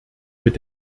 mit